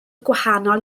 gwahanol